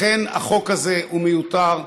לכן החוק הזה הוא מיותר.